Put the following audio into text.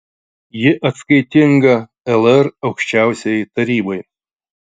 ji atskaitinga lr aukščiausiajai tarybai